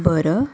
बरं